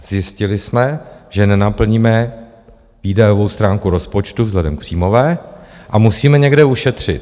Zjistili jsme, že nenaplníme výdajovou stránku rozpočtu vzhledem k příjmové a musíme někde ušetřit.